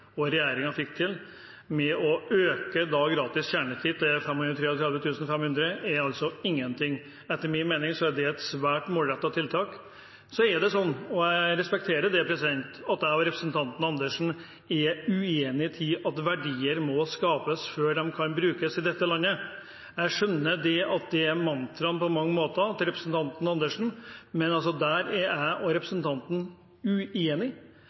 og regjeringen fikk til – å øke grensen for gratis kjernetid til 533 500 kr – er ingen ting. Etter min mening er det et svært målrettet tiltak. Så er det sånn, og jeg respekterer det, at jeg og representanten Andersen er uenige i spørsmålet om verdier må skapes før de kan brukes, i dette landet. Jeg skjønner at det på mange måter er mantraet til representanten Andersen. Men der er jeg og